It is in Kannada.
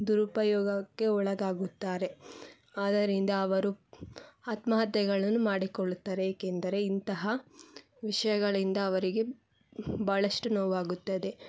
ದುರುಪಯೋಗಕ್ಕೆ ಒಳಗಾಗುತ್ತಾರೆ ಆದ್ದರಿಂದ ಅವರು ಆತ್ಮಹತ್ಯೆಗಳನ್ನು ಮಾಡಿಕೊಳ್ಳುತ್ತಾರೆ ಏಕೆಂದರೆ ಇಂತಹ ವಿಷಯಗಳಿಂದ ಅವರಿಗೆ ಭಾಳಷ್ಟು ನೋವಾಗುತ್ತದೆ